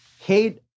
Hate